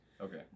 Okay